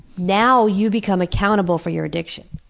now you become accountable for your addiction.